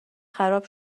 خراب